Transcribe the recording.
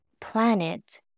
planet